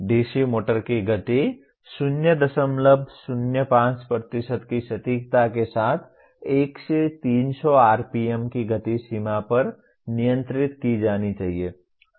DC motor की गति 005 की सटीकता के साथ 1 से 300 RPM की गति सीमा पर नियंत्रित की जानी चाहिए